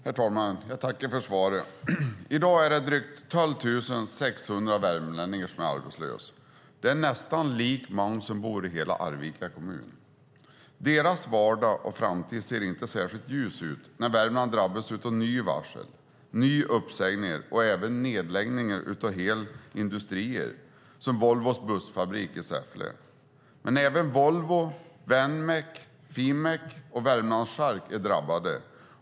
Herr talman! Jag tackar ministern för svaret. I dag är drygt 12 600 värmlänningar arbetslösa. Det är nästan lika många som bor i hela Arvika kommun. Deras vardag och framtid ser inte särskilt ljus ut. Värmland drabbas av nya varsel, nya uppsägningar och även nedläggningar av hela industrier, som Volvos bussfabrik i Säffle. Men även Wenmec, Fimek och Värmlands Chark är drabbade.